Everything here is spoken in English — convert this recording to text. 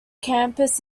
campus